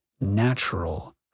natural